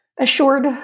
assured